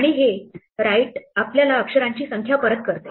आणि हे राईट आपल्याला अक्षरांची संख्या परत करते